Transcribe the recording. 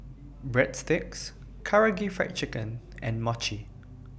Breadsticks Karaage Fried Chicken and Mochi